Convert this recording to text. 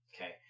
Okay